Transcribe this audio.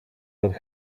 that